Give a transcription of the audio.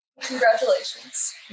Congratulations